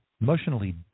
emotionally